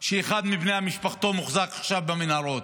שאחד מבני משפחתו מוחזק עכשיו במנהרות,